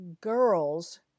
girls